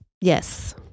Yes